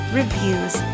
reviews